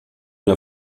der